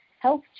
health